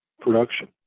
production